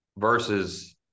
versus